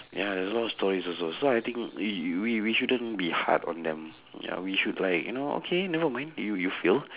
ya there's no stories also so I think we we we shouldn't be hard on them mm ya we should like you know okay never mind you you failed